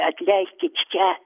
atleiskit čia